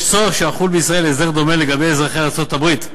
יש צורך שיחול בישראל הסדר דומה לגבי אזרחי ארצות-הברית.